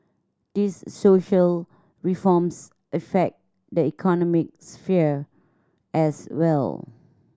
these social reforms affect the economic sphere as well